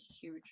huge